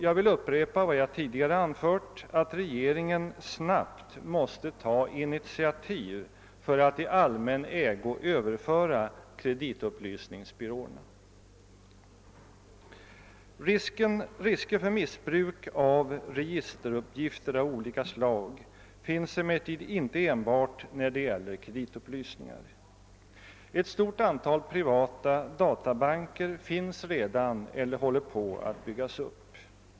Jag vill upprepa vad jag tidigare anfört, att regeringen snabbt måste ta initiativ för att i allmän ägo överföra kreditupplysningsbyråerna. Risker för missbruk av registeruppgifter av olika slag finns emellertid inte enbart när det gäller kreditupplysningar. Ett stort antal privata databanker finns redan eller håller på att byggas upp.